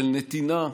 של נתינה,